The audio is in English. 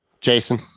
Jason